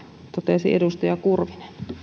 totesi edustaja kurvinen olen